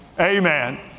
Amen